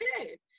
okay